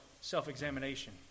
self-examination